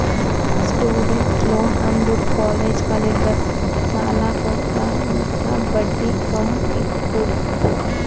student loan ಅಂದುರ್ college ಕಲಿಲ್ಲಾಕ್ಕ್ ಸಾಲ ಕೊಡ್ತಾರ ಮತ್ತ ಬಡ್ಡಿ ಕಮ್ ಇರ್ತುದ್